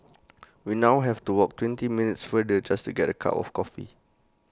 we now have to walk twenty minutes farther just to get A cup of coffee